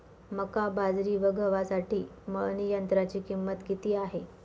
मका, बाजरी व गव्हासाठी मळणी यंत्राची किंमत किती आहे?